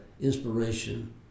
inspiration